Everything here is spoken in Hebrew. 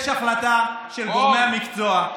יש החלטה של גורמי המקצוע,